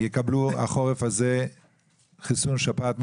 שיקבלו בחורף הקרוב חיסון שפעת מוגבר?